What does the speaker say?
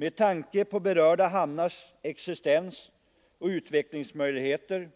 Med tanke på berörda hamnars existens och utvecklingsmöjligheter